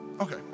Okay